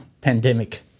pandemic